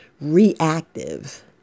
reactive